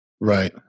Right